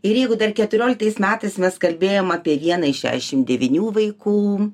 ir jeigu dar keturioliktais metais mes kalbėjom apie vieną iš šešim devynių vaikų